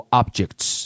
objects